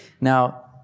Now